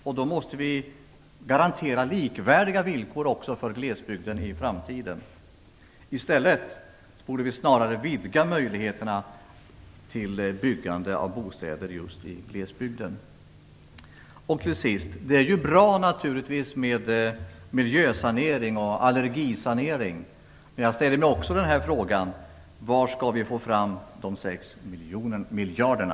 Vi måste garantera likvärdiga villkor för glesbygden i framtiden. Vi borde snarare vidga möjligheten till byggande av bostäder just i glesbygden. Det är naturligtvis bra med miljösanering och allergisanering, men jag frågar mig: Var skall vi få de sex miljarderna?